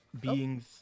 beings